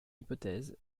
hypothèse